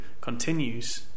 continues